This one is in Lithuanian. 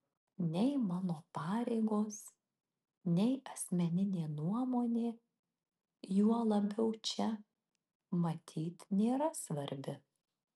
nei mano pareigos nei asmeninė nuomonė juo labiau čia matyt nėra svarbi